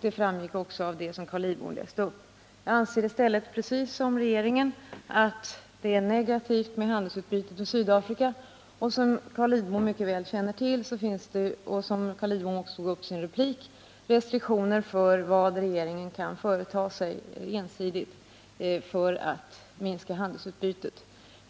Det framgick också av det som Carl Lidbom läste upp. Jag anser i stället, precis som regeringen, att det är negativt med handelsutbyte med Sydafrika. Som Carl Lidbom mycket väl känner till och som han också tog upp i sin replik finns det restriktioner för vad regeringen kan företa sig ensidigt för att minska handelsutbytet.